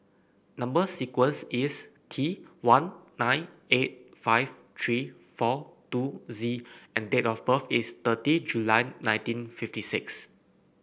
number sequence is T one nine eight five three four two Z and date of birth is thirty July nineteen fifty six